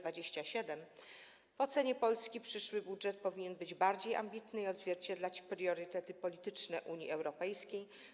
W ocenie Polski przyszły budżet powinien być bardziej ambitny i odzwierciedlać priorytety polityczne Unii Europejskiej.